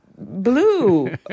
blue